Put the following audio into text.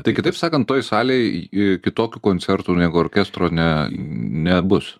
tai kitaip sakant toj salėj kitokių koncertų negu orkestro ne nebus